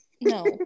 No